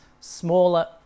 smaller